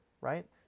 Right